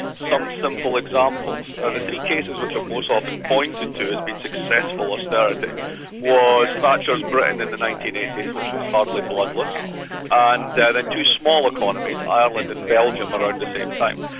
some simple examples are the three cases which are most often pointed to as being successful austerity was thatcher's britain in the nineteen eighty s, which was hardly bloodless and then two small economies, ireland and belgium, around the same time,